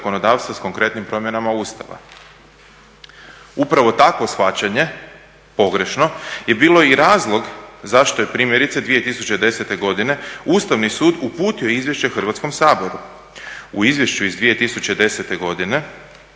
Ustavni sud uputio izvješće Hrvatskom saboru.